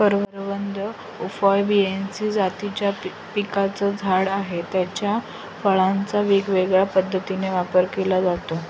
करवंद उफॉर्बियेसी जातीच्या पिकाचं झाड आहे, याच्या फळांचा वेगवेगळ्या पद्धतीने वापर केला जातो